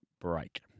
break